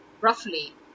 roughly